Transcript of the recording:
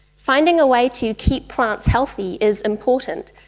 finding a way to keep plants healthy is important,